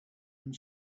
and